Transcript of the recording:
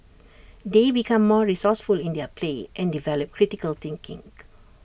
they become more resourceful in their play and develop critical thinking